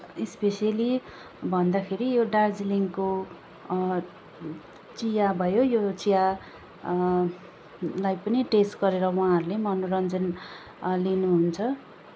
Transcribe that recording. especially भन्दाखेरि यो दार्जिलिङको चिया भयो यो चिया लाई पनि टेस्ट गरेर उहाँहरूले मनोरञ्जन लिनुहुन्छ